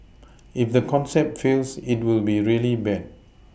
if the concept fails it will be really bad